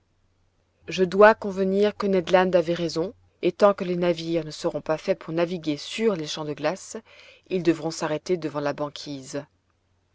je dois convenir que ned land avait raison et tant que les navires ne seront pas faits pour naviguer sur les champs de glace ils devront s'arrêter devant la banquise